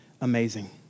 amazing